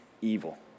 evil